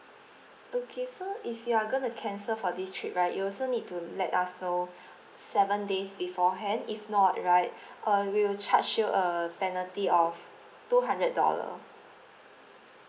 okay so if you are going to cancel for this trip right you also need to let us know seven days beforehand if not right uh we'll charge you a penalty of two hundred dollar